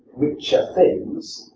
richer things.